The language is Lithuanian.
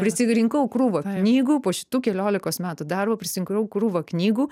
prisirinkau krūvą knygų po šitų keliolikos metų darbo prisirinkau krūvą knygų